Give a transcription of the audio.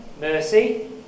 mercy